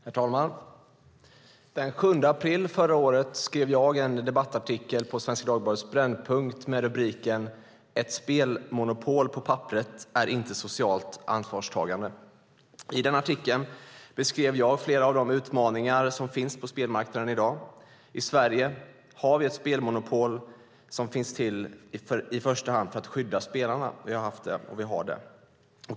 Herr talman! Den 7 april förra året skrev jag en debattartikel på Svenska Dagbladets Brännpunkt med rubriken "Ett spelmonopol på pappret är inte socialt ansvarstagande". I den artikeln beskrev jag flera av de utmaningar som finns på spelmarknaden i dag. I Sverige har vi haft och har ett spelmonopol i första hand för att skydda spelarna.